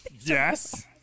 Yes